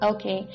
Okay